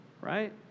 right